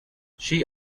she